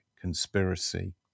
conspiracy